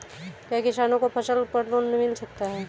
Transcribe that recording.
क्या किसानों को फसल पर लोन मिल सकता है?